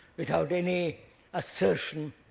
without any assertion,